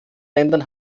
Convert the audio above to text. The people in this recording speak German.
ländern